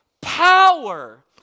power